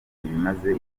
ibimaze